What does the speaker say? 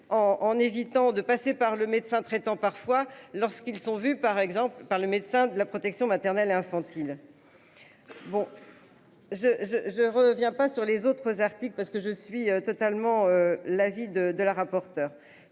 en évitant de passer par le médecin traitant parfois lorsqu'ils sont vus par exemple par le médecin de la protection maternelle et infantile. Bon. Je je je reviens pas sur les autres articles parce que je suis totalement la vie de de la rapporteure.